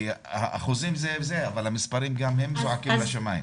יש אחוזים, אבל גם המספרים זועקים לשמיים.